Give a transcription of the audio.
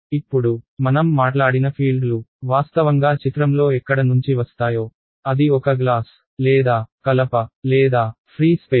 ఇప్పుడు మనం మాట్లాడిన ఫీల్డ్లు వాస్తవంగా చిత్రంలో ఎక్కడ నుంచి వస్తాయో అది ఒక గ్లాస్ లేదా కలప లేదా ఫ్రీ స్పేస్